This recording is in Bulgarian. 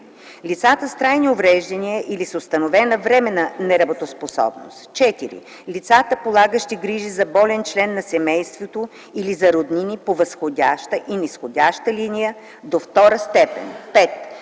лицата с трайни увреждания или с установена временна неработоспособност; 4. лицата, полагащи грижи за болен член на семейството или за роднини по възходяща и низходяща линия до втора степен; 5.